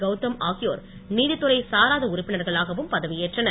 கவுதம் ஆகியோர் நீதித்துறை சாராத உறுப்பினர்களாகவும் பதவி ஏற்றனர்